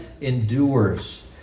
endures